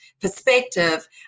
perspective